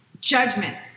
judgment